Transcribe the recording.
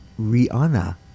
Rihanna